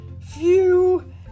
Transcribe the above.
phew